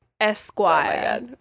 Esquire